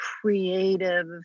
creative